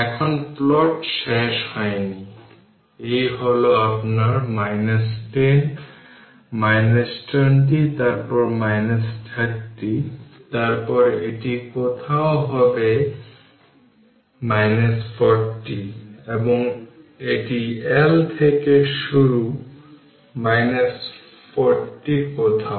এখন প্লট শেষ হয়নি এই হল আপনার 10 20 তারপর 30 তারপর এটি কোথাও হবে 40 এবং এটি L থেকে শুরু 40 কোথাও